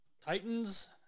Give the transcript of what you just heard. Titans